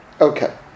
Okay